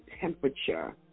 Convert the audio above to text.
temperature